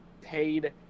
paid